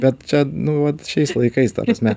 bet čia nu vat šiais laikais ta prasme